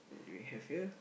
do we have here